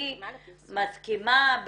אני מסכימה,